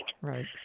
Right